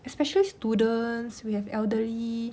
especially students we have elderly